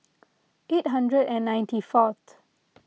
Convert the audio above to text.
eight hundred and ninety fourth